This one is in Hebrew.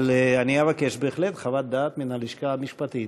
אבל אני אבקש בהחלט חוות דעת מן הלשכה המשפטית,